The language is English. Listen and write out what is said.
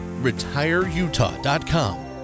retireutah.com